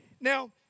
Now